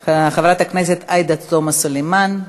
של חברי הכנסת עאידה תומא סלימאן,